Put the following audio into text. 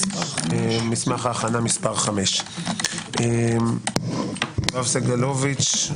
מסמך ההכנה מס' 5. יואב סגלוביץ,